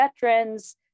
veterans